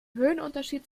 höhenunterschied